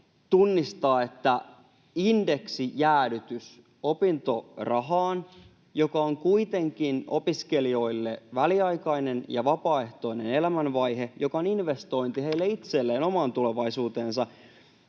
tunnistaa indeksijäädytyksessä opintorahaan — kun se on kuitenkin opiskelijoille väliaikainen ja vapaaehtoinen elämänvaihe, joka on investointi heille itselleen omaan tulevaisuuteen